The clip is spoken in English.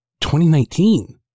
2019